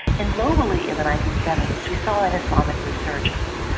and globally in the nineteen seventy s we saw an islamic resurgence,